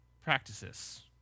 practices